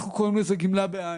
אנחנו קוראים לזה גמלה בעין.